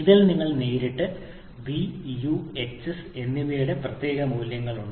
ഇതിൽ നിങ്ങൾക്ക് നേരിട്ട് v u h s എന്നിവയുടെ പ്രത്യേക മൂല്യങ്ങളുണ്ട്